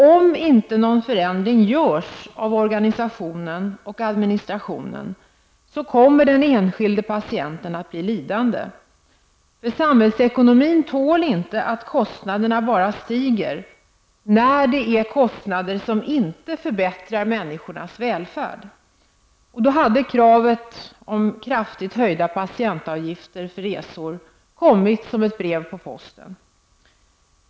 Om inte någon förändring görs av organisationen och administrationen, kommer den enskilda patienten att bli lidande. Samhällsekonomin tål nämligen inte att kostnaderna bara stiger, när det är kostnader som inte förbättrar människornas välfärd. Då hade kravet på kraftigt höjda patientavgifter för resorna kommit som ett brev på posten.